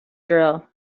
drill